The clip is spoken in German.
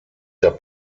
der